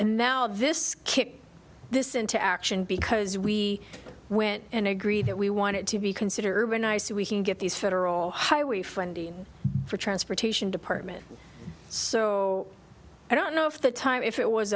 and now this kicked this into action because we went and agreed that we wanted to be considered a nice so we can get these federal highway funding for transportation department so i don't know if the time if it was